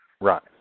Right